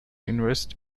invest